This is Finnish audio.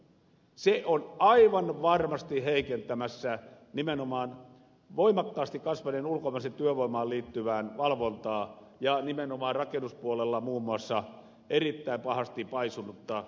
se on aivan varmasti heikentämässä nimenomaan voimakkaasti kasvaneeseen ulkomaiseen työvoimaan liittyvää valvontaa ja nimenomaan rakennuspuolella muun muassa erittäin pahasti paisuneen talousrikollisuuden torjuntaa